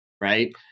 Right